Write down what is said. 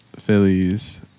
Phillies